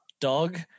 dog